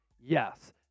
Yes